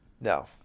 No